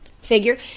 figure